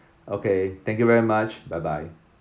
okay thank you very much bye bye